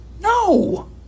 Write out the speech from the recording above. No